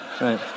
right